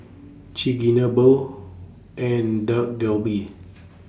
Chigenabe and Dak Galbi